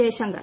Jaishankar